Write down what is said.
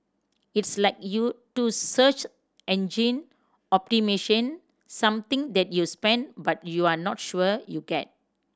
it's like you do search engine optimation something that you spend but you're not sure you get